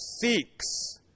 seeks